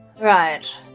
right